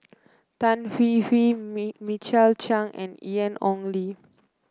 Tan Hwee Hwee Mi Michael Chiang and Ian Ong Li